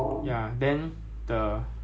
but army right they will charge like eight dollars